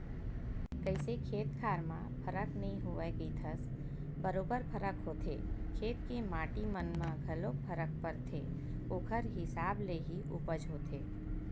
कइसे खेत खार म फरक नइ होवय कहिथस बरोबर फरक होथे खेत के माटी मन म घलोक फरक परथे ओखर हिसाब ले ही उपज होथे